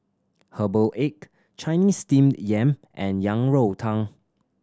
herbal egg Chinese Steamed Yam and Yang Rou Tang